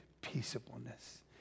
peaceableness